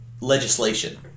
legislation